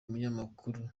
umunyamakuru